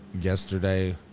yesterday